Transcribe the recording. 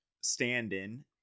stand-in